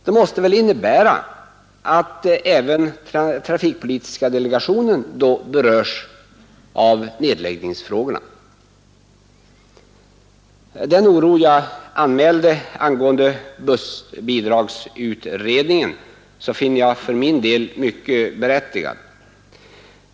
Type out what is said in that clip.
Det måste väl innebära att även trafikpolitiska delegationen berörs av nedläggningsfrågorna. Den oro jag anmälde angående bussbidragsutredningen finner jag för min del mycket berättigad.